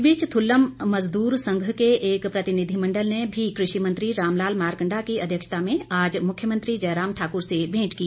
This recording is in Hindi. इस बीच थ्रलम मजदूर संघ के एक प्रतिनिधिमंडल ने भी कृषि मंत्री रामलाल मार्कण्डा की अध्यक्षता में आज मुख्यमंत्री जयराम ठाकुर से भेंट की